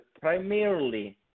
primarily